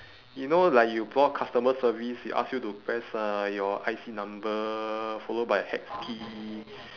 you know like you call customer service they ask you to press uh your I_C number followed by hex key